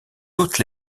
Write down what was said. toutes